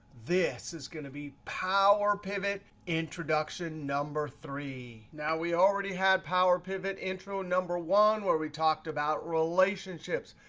this is going to be power pivot introduction number three. now, we already had power pivot intro number one, where we talked about relationships.